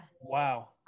Wow